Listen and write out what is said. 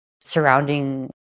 surrounding